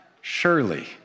surely